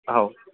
हौ